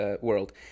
world